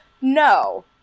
No